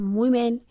women